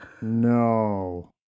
No